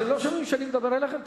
אתם לא שומעים שאני מדבר אליכם?